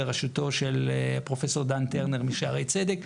בראשותו של פרופ' דן טרנר משערי צדק,